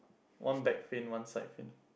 one back fin one side fin